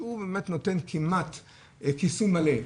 שהוא באמת נותן כמעט כיסוי מלא,